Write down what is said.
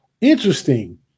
Interesting